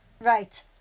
Right